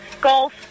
Golf